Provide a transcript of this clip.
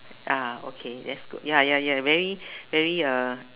ah okay that's good ya ya very very uh